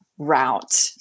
Route